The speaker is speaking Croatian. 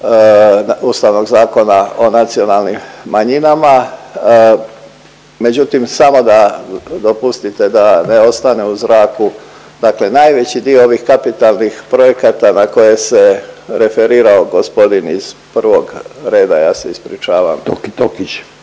Ustavnog zakona o nacionalnim manjinama. Međutim samo da dopustite da ne ostane u zraku, dakle najveći dio ovih kapitalnih projekata na koje se referirao gospodin iz prvog reda, ja se ispričavam… …/Upadica